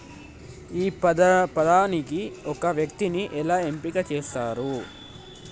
ఈ పథకానికి ఒక వ్యక్తిని ఎలా ఎంపిక చేస్తారు?